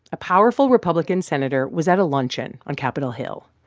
a powerful republican senator was at a luncheon on capitol hill.